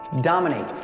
dominate